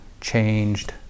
changed